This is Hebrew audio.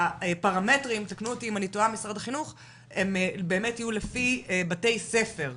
הפרמטרים תקנו אותי אם אני טועה יהיו לפי בתי ספר.